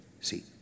See